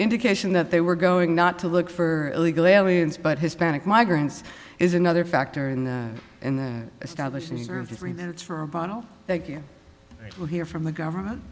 indication that they were going not to look for illegal aliens but hispanic migrants is another factor in the in the establishment of the three that's for a bottle that you will hear from the government